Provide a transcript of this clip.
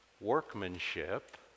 workmanship